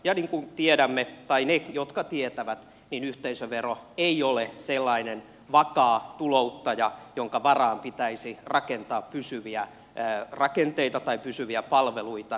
niin kuin tiedämme tai ne tietävät jotka tietävät yhteisövero ei ole sellainen vakaa tulouttaja jonka varaan pitäisi rakentaa pysyviä rakenteita tai pysyviä palveluita